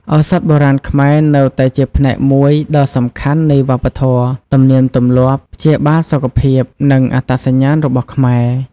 ឱសថបុរាណខ្មែរនៅតែជាផ្នែកមួយដ៏សំខាន់នៃវប្បធម៌ ទំនៀមទម្លាប់ព្យាបាលសុខភាព និងអត្តសញ្ញាណរបស់ខ្មែរ។